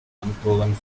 unproven